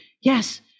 yes